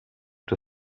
the